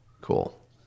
Cool